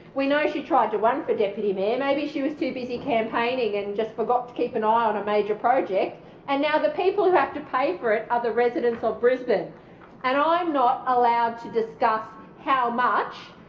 we know she tried to run for deputy mayor. maybe she was too busy campaigning and just forgot to keep an eye on a major project and now the people who have to pay for it are the residents of brisbane and i'm not allowed to discuss how much,